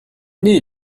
naît